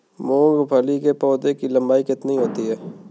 मूंगफली के पौधे की लंबाई कितनी होती है?